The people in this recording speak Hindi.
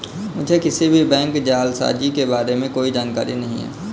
मुझें किसी भी बैंक जालसाजी के बारें में कोई जानकारी नहीं है